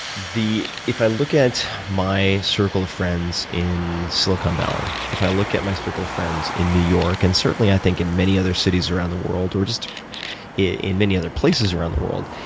if i look at my circle of friends in silicon valley, if i look at my circle of friends in new york and, certainly, i think in many other cities around the world or just in many other places around the world,